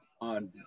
on